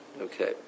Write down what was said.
Okay